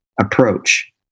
approach